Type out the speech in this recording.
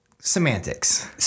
Semantics